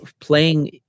playing